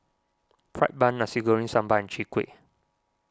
Fried Bun Nasi Goreng Sambal and Chwee Kueh